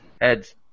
Heads